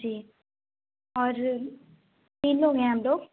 जी और तीन लोग हैं हम लोग